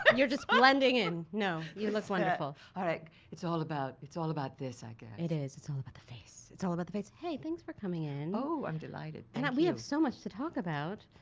but you're just blending in. no you look wonderful. all right ah like it's all about it's all about this i guess. it is. it's all about the face. it's all about the face. hey thanks for coming in. oh i'm delighted and we have so much to talk about,